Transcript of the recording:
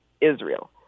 Israel